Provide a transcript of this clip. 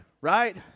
right